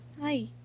Hi